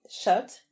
shut